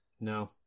No